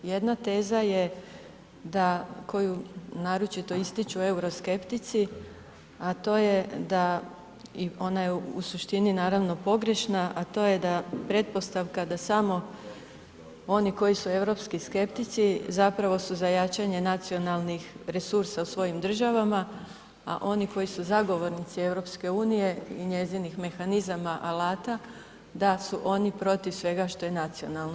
Jedna teza je da koju naročito ističu euroskeptici a to je da i ona je u suštini naravno pogrešna a to je da pretpostavka da samo oni koji su europski skeptici zapravo su za jačanje nacionalnih resursa u svojim državama a oni koji su zagovornici EU i njezinih mehanizama, alata da su oni protiv svega što je nacionalno.